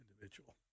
individual